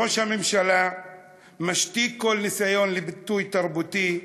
כשראש הממשלה משתיק כל ניסיון לביטוי תרבותי,